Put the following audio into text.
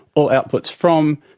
all outputs from,